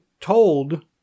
told